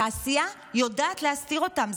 התעשייה יודעת להסתיר אותם.